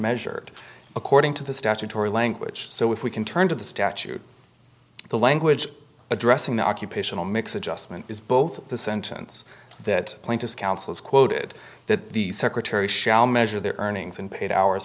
measured according to the statutory language so if we can turn to the statute the language addressing the occupational mix adjustment is both the sentence that plaintiff's counsel is quoted that the secretary shall measure their earnings and paid hours